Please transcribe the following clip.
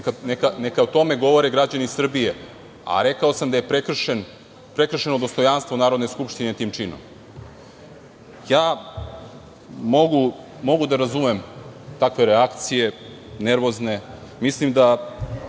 neka o tome govore građani Srbije, a rekao sam da je prekršeno dostojanstvo Narodne skupštine tim činom. Mogu da razumem takve reakcije, nervozne. Mislim da